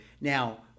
now